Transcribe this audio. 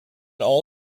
all